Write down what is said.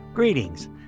Greetings